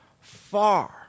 far